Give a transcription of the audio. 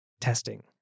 Testing